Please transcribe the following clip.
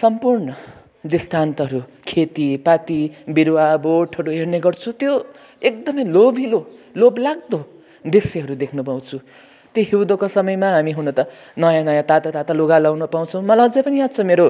सम्पूर्ण दृष्टान्तहरू खेती पाती बिरुवा बोटहरू हेर्ने गर्छु त्यो एकदमै लोभिलो लोभलाग्दो दृश्यहरू देख्न पाउँछु त्यो हिउँदको समयमा हामी हुन त नयाँ नयाँ तातो तातो लुगा लाउन पाउँछौ मलाई अझै पनि याद छ मेरो